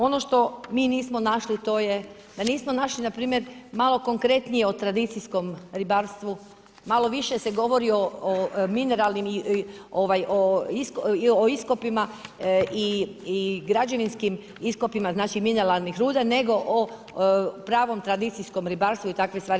Ono što mi nismo našli a to je, da nismo našli npr. malo konkretnije o tradicijskom ribarstvu, malo više se govori o mineralnim, o iskopima i građevinskim iskopima mineralnih ruda nego o pravom tradicijskom ribarstvu i takve stvari.